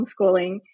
homeschooling